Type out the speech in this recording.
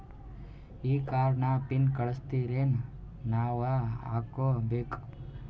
ಈ ಕಾರ್ಡ್ ನ ಪಿನ್ ನೀವ ಕಳಸ್ತಿರೇನ ನಾವಾ ಹಾಕ್ಕೊ ಬೇಕು?